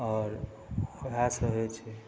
आओर वएह सब होइ छै